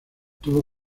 tuvo